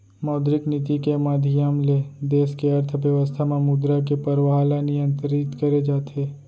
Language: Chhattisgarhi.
मौद्रिक नीति के माधियम ले देस के अर्थबेवस्था म मुद्रा के परवाह ल नियंतरित करे जाथे